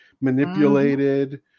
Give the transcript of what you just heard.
manipulated